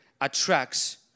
attracts